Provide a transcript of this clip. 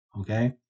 okay